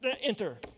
Enter